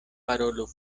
parolu